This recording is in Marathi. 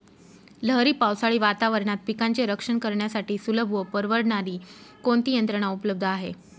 लहरी पावसाळी वातावरणात पिकांचे रक्षण करण्यासाठी सुलभ व परवडणारी कोणती यंत्रणा उपलब्ध आहे?